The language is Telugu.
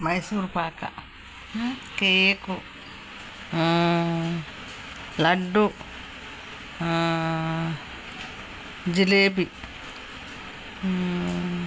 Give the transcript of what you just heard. మైసూర్ పాక్ కేకు లడ్డు జిలేబీ